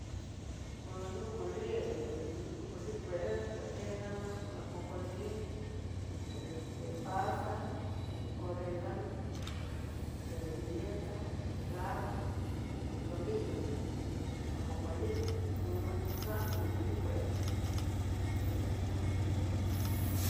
Pono moli no moli kuexa kena ajojolin, este pasa, oregano, este pimienta, clavo, y tomillo ajojolin xun xano moli kue, xonxintina moli kue.